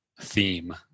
theme